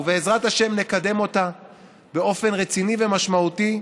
ובעזרת השם נקדם אותה באופן רציני ומשמעותי,